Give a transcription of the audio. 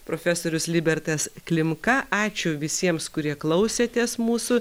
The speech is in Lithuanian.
profesorius libertas klimka ačiū visiems kurie klausėtės mūsų